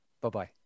Bye-bye